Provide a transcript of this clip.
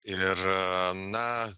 ir na